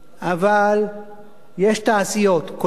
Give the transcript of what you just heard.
אבל יש תעשיות קולנוע